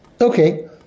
Okay